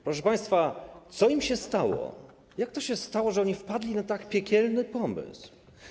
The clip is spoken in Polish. Proszę państwa, co im się stało, jak to się stało, że oni wpadli na tak piekielny pomysł?